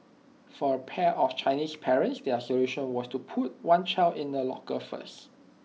for A pair of Chinese parents their solution was to put one child in A locker first